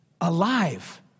alive